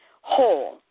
whole